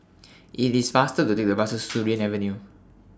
IT IS faster to Take The Bus to Surin Avenue